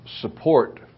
support